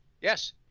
Yes